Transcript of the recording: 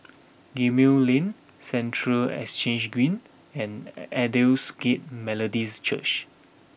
Gemmill Lane Central Exchange Green and Aldersgate Methodist Church